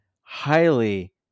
highly